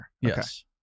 Yes